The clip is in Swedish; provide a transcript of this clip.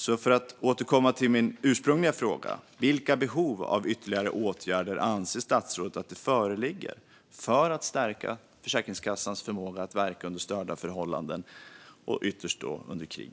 Låt mig återkomma till min ursprungliga fråga: Vilka behov av ytterligare åtgärder anser statsrådet att det föreligger för att stärka Försäkringskassans förmåga att verka under störda förhållanden och ytterst under krig?